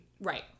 Right